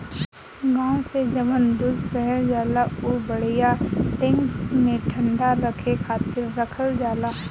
गाँव से जवन दूध शहर जाला उ बड़ियार टैंक में ठंडा रखे खातिर रखल जाला